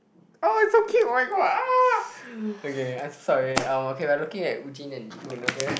oh it's so cute oh-my-god !ah! okay I'm so sorry um okay we are looking at Wu jin and Ji hoon okay